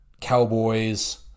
Cowboys